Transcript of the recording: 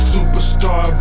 Superstar